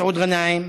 מסעוד גנאים,